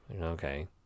Okay